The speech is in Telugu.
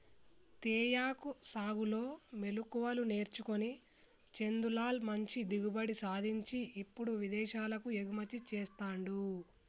తేయాకు సాగులో మెళుకువలు నేర్చుకొని చందులాల్ మంచి దిగుబడి సాధించి ఇప్పుడు విదేశాలకు ఎగుమతి చెస్తాండు